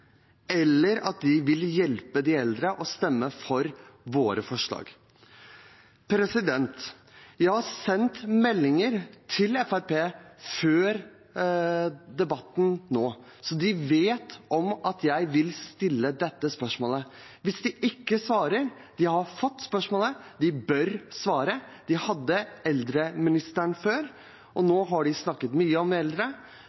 eller om de vil hjelpe de eldre ved å stemme for våre forslag. Jeg har sendt meldinger til Fremskrittspartiet før debatten, så de vet om at jeg vil stille dette spørsmålet. De har fått spørsmålet og bør svare. De hadde eldreministeren før, og